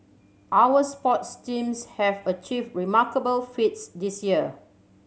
our sports teams have achieved remarkable feats this year